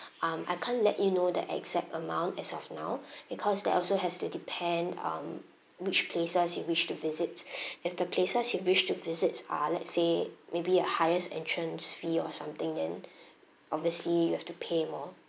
um I can't let you know the exact amount as of now because that also has to depend um which places you wish to visit if the places you wish to visit are let's say maybe a highest entrance fee or something then obviously you have to pay more